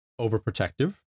overprotective